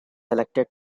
elected